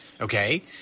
okay